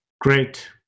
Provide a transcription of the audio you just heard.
Great